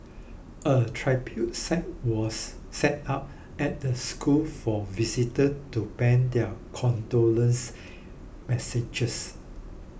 a tribute site was set up at the school for visitor to pen their condolence messages